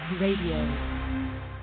Radio